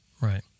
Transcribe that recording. Right